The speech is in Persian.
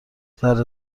ذره